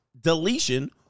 deletion